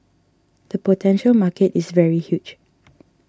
the potential market is very huge